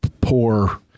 poor